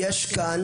יש כאן